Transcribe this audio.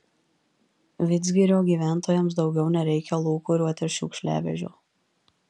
vidzgirio gyventojams daugiau nereikia lūkuriuoti šiukšliavežio